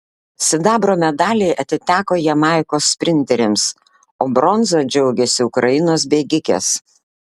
sidabro medaliai atiteko jamaikos sprinterėms o bronza džiaugėsi ukrainos bėgikės